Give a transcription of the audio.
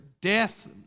death